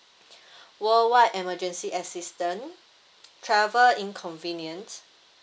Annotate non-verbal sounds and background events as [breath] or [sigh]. [breath] worldwide emergency assistant travel inconvenience